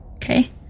Okay